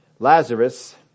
Lazarus